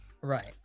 Right